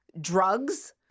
drugs